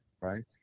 right